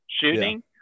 shooting